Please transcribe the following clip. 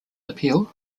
appeal